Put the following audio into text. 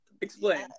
Explain